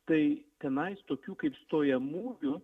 tai tenais tokių kaip stojamųjų